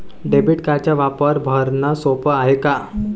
Debit कार्डचा वापर भरनं सोप हाय का?